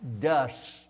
dust